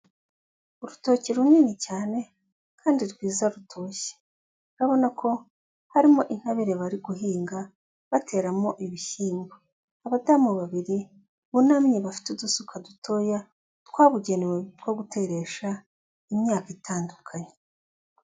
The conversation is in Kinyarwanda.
Urutoki runini cyane kandi rwiza rutoshye. Urabona ko harimo intabire bari guhinga bateramo ibishyimbo. Abadamu babiri bunamye bafite udusuka dutoya twabugenewe two guteresha imyaka itandukanye.